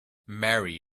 marry